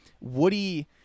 woody